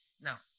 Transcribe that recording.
Now